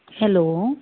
hello